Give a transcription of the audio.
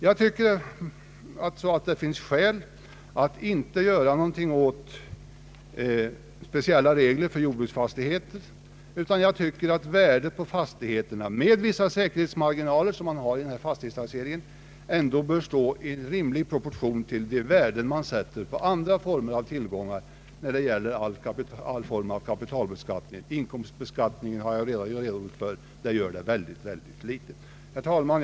Det finns enligt min mening skäl att inte utforma några speciella regler för jordbruksfastigheter, utan värdet på fastigheterna, med vissa säkerhetsmar ginaler som finns upptagna i fastighetstaxeringen, bör ändå stå i rimlig proportion till det värde man sätter på andra tillgångar när det gäller alla former av kapitalbeskattning. Inkomstbeskattningen har jag redan redogjort för, och den påverkas mycket litet. Herr talman!